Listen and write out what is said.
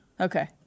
okay